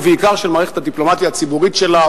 ובעיקר של מערכת הדיפלומטיה הציבורית שלה,